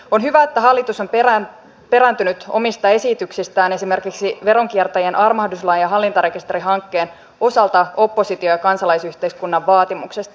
on hyvä että hallitus on perääntynyt omista esityksistään esimerkiksi veronkiertäjien armahduslain ja hallintarekisterihankkeen osalta opposition ja kansalaisyhteiskunnan vaatimuksesta